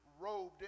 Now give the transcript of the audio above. robed